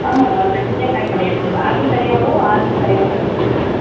ஆமாங்க தனி தனியாக பேக் பண்ணிவிடுங்க ஆப்பிள் தனியாகவும் ஆரஞ்ச் தனியாகவும் பேக் பண்ணிடுங்க